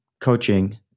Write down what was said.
coaching